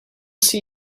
see